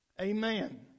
Amen